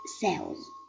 cells